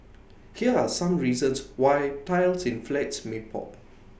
here are some reasons why tiles in flats may pop